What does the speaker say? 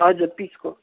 हजुर पिसको